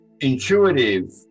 intuitive